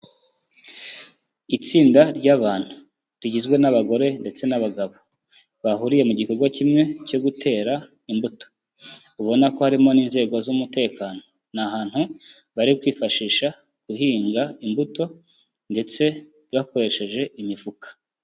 Itsinda ry'abantu rigizwe n'abagore ndetse n'abagabo, bahuriye mu gikorwa kimwe cyo gutera imbuto, ubona ko harimo n'inzego z'umutekano, ni ahantu bari kwifashisha guhinga imbuto ndetse bakoresheje imifuka.